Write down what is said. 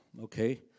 okay